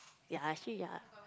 ya actually ya